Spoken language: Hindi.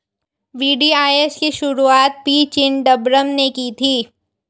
वी.डी.आई.एस की शुरुआत पी चिदंबरम ने की थी